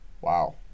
wow